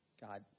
God